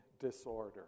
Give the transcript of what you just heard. disorder